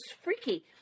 freaky